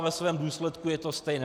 Ve svém důsledku je to stejné.